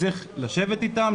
שצריך לשבת איתם,